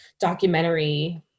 documentary